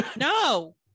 no